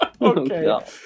Okay